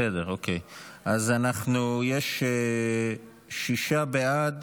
בסדר, אז יש שישה בעד.